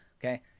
okay